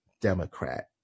Democrat